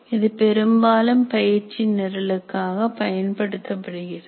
இது பெரும்பாலும் பயிற்சி நிரலுக்காக பயன்படுத்தப்படுகிறது